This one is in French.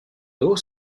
d’eau